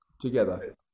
together